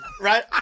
Right